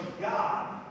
God